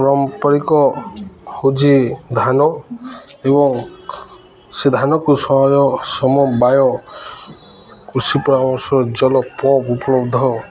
ପାରମ୍ପରିକ ହେଉଛି ଧାନ ଏବଂ ସେ ଧାନକୁ ସମବାୟ କୃଷି ପରାମର୍ଶ ଜଳ ପମ୍ପ୍ ଉପଲବ୍ଧ